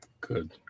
Good